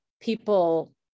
people